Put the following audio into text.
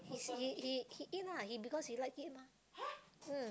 his he he he eat lah he because he like it mah mm